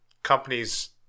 Companies